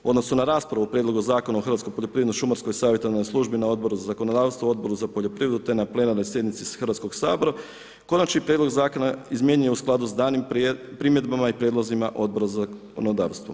U odnosu na raspravu o Prijedlogu zakona o Hrvatskoj poljoprivredno-šumarskoj savjetodavnoj službi na Odboru za zakonodavstvo, Odboru za poljoprivredu te na plenarnoj sjednici Hrvatskog sabora konačni prijedlog zakona izmijenjen je u skladu sa danim primjedbama i prijedlozima Odbora za zakonodavstvo.